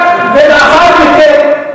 מגיע לכם.